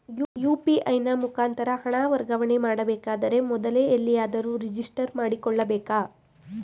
UPI ನ ಮುಖಾಂತರ ಹಣ ವರ್ಗಾವಣೆ ಮಾಡಬೇಕಾದರೆ ಮೊದಲೇ ಎಲ್ಲಿಯಾದರೂ ರಿಜಿಸ್ಟರ್ ಮಾಡಿಕೊಳ್ಳಬೇಕಾ?